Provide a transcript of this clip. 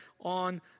on